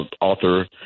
author